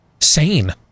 Sane